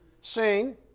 sing